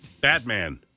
Batman